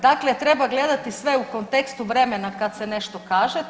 Dakle, treba gledati sve u kontekstu vremena kad se nešto kaže.